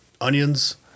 onions